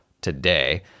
today